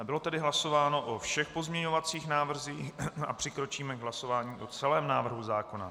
Bylo tedy hlasováno o všech pozměňovacích návrzích a přikročíme k hlasování o celém návrhu zákona.